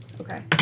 Okay